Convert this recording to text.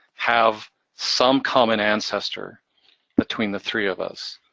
have some common ancestor between the three of us.